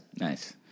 Nice